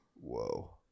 Whoa